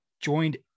joined